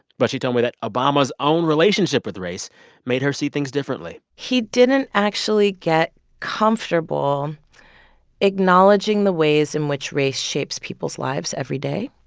but she told me that obama's own relationship with race made her see things differently he didn't actually get comfortable acknowledging the ways in which race shapes people's lives every day.